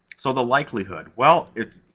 so, the likelihood well, if,